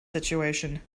situation